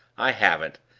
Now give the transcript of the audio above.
i haven't,